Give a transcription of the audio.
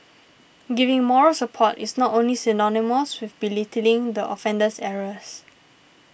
giving moral support is not synonymous with belittling the offender's errors